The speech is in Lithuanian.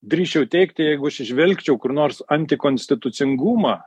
drįsčiau teigti jeigu aš įžvelgčiau kur nors antikonstitucingumą